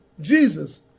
Jesus